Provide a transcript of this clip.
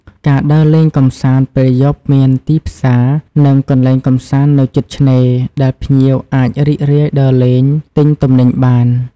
ការដើរលេងកម្សាន្តពេលយប់ មានទីផ្សារ និងកន្លែងកម្សាន្តនៅជិតឆ្នេរ ដែលភ្ញៀវអាចរីករាយដើរលេង ទិញទំនិញបាន។